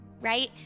Right